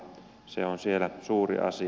se on siellä suuri asia